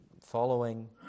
following